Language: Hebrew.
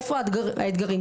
איפה האתגרים,